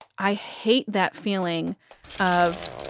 i hate that feeling of